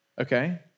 Okay